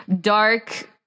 dark